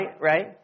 right